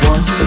One